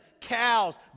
cows